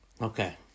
Okay